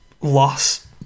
loss